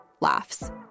Laughs